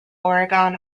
oregon